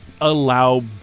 allow